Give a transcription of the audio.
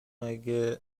اگه